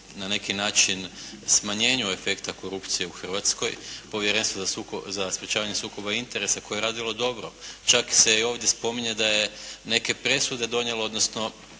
na neki način smanjenju efekta korupcije u Hrvatskoj. Povjerenstvo za sprečavanje sukoba interesa koje je radilo dobro. Čak se i ovdje spominje da je neke presude donijelo odnosno